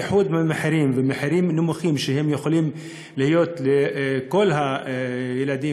איחוד המחירים ומחירים נמוכים שיכולים להיות לכל הילדים